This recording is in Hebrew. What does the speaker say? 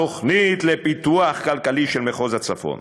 התוכנית לפיתוח כלכלי של מחוז הצפון.